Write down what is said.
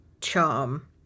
Charm